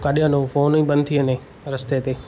काॾे वञूं फोन ई बंदि थी वञे रस्ते ते